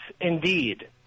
indeed